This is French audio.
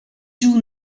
joue